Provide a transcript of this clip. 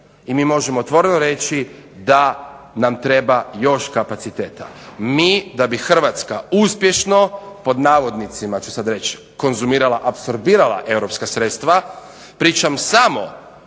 i mi možemo otvoreno reći da nam treba još kapaciteta. Da bi Hrvatska uspješno, pod navodnicima ću sad reći, konzumirala, apsorbirala europska sredstva, pričam samo